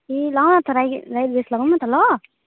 ए ल न त राखेँ लाइट ड्रेस लगाऊँ न त ल